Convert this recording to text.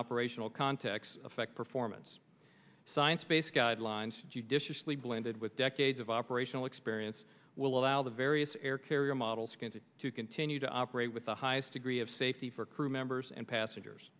operational contexts affect performance science based guidelines judiciously blended with decades of operational experience will allow the various air carrier model scans to continue to operate with the highest degree of safety for crew members and passengers